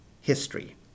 history